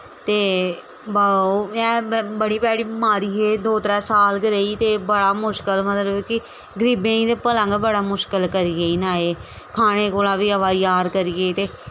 ते एह् बड़ी भैड़ी बमारी ही दो त्रै साल गै रेही ते बड़ा मुशकल मतलब कि गरीबें दे भलेआं गै बड़ा मुशकल करी गेई ना एह् खाने कोला दा बी अवाचार करी गेई ते